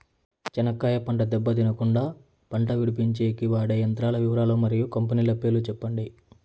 చెనక్కాయ పంట దెబ్బ తినకుండా కుండా పంట విడిపించేకి వాడే యంత్రాల వివరాలు మరియు కంపెనీల పేర్లు చెప్పండి?